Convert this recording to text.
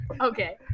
Okay